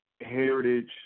Heritage